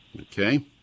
Okay